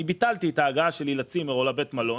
ביטלתי את הגעה שלי לצימר או לבית מלון,